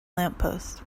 lamppost